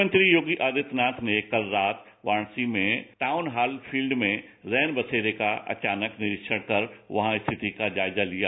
मुख्यमंत्री योगी आदित्यनाथ ने कल रात वाराणासी में टाउन हाल फील्ड में रैन बसेरे का अचानक निरीक्षण कर वहां स्थिति का जायजा लिया